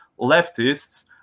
leftists